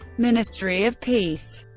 ministry of peace